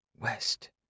West